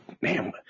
man